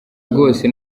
rwose